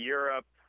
Europe